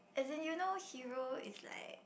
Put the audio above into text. as you know hero is like